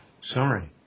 sorry